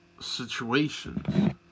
situations